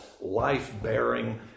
life-bearing